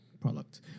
product